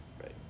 right